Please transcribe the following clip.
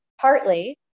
Partly